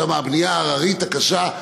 שם הבנייה היא הררית וקשה,